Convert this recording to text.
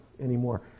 anymore